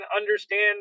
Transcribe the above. understand